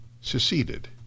seceded